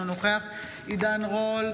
אינו נוכח עידן רול,